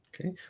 Okay